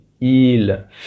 il